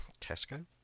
Tesco